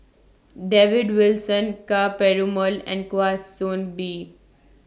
David Wilson Ka Perumal and Kwa Soon Bee